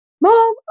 Mom